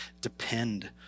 depend